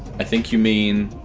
i think you mean?